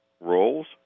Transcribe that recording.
roles